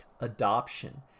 adoption